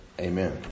Amen